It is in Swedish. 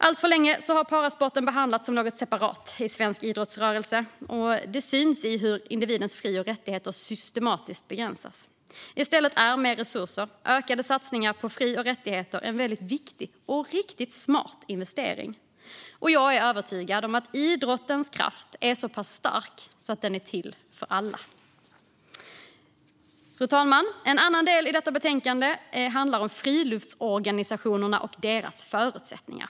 Alltför länge har parasporten behandlats som något separat i svensk idrottsrörelse. Det syns i hur individens fri och rättigheter systematiskt begränsas. I stället är mer resurser och ökade satsningar på fri och rättigheter en väldigt viktig och riktigt smart investering. Jag är övertygad om att idrottens kraft är så pass stark att den är till för alla. Fru talman! En annan del i detta betänkande handlar om friluftsorganisationerna och deras förutsättningar.